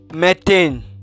methane